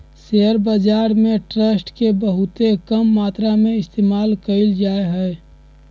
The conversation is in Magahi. शेयर बाजार में ट्रस्ट के बहुत कम मात्रा में इस्तेमाल कइल जा हई